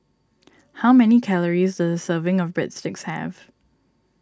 how many calories does a serving of Breadsticks have